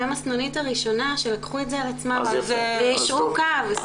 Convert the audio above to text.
הם הסנונית הראשונה שלקחו את זה על עצמם ויישרו קו.